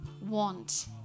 want